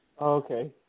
Okay